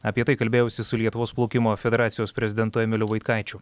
apie tai kalbėjausi su lietuvos plaukimo federacijos prezidentu emiliu vaitkaičiu